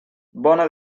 bona